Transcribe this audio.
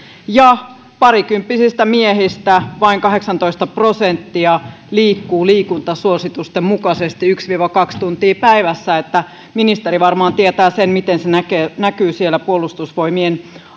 parikymppisistä miehistä vain kahdeksantoista prosenttia liikkuu liikuntasuositusten mukaisesti yksi viiva kaksi tuntia päivässä ministeri varmaan tietää sen miten se näkyy siellä puolustusvoimien